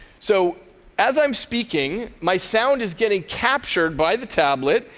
so as i'm speaking, my sound is getting captured by the tablet,